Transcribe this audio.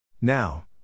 Now